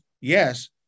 yes